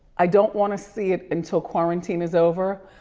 i don't wanna see it until quarantine is over,